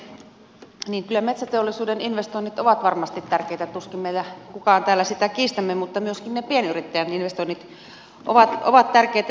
niin kyllä metsäteollisuuden investoinnit ovat varmasti tärkeitä tuskin meistä kukaan täällä sitä kiistää mutta myöskin ne pienyrittäjän investoinnit ovat tärkeitä